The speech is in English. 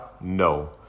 No